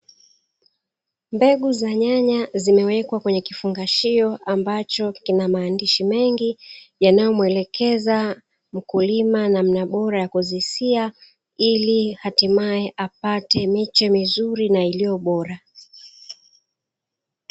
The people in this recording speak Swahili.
Mbegu za nyanya zimewekwa kwenye kifungashio ambacho kina maandishi mengi, yanamuelekeza mkulima namna bora ya kuzisia, ili hatimae apate miche mizuri na iliyo bora.